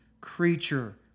creature